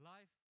Life